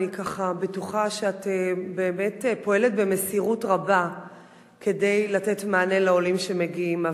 אני ככה בטוחה שאת באמת פועלת במסירות רבה כדי לתת מענה לעולים שמגיעים,